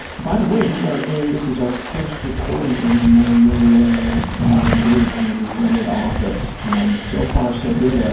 by the way, we are in this is our first recording in and my new my new digs, my new rented office. and so far so good.